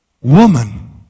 woman